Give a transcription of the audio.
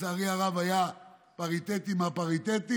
לצערי הרב, היה פריטטי, מה פריטטי.